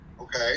okay